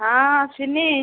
ହଁ ଆସିନି